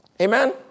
Amen